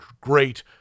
great